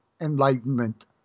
enlightenment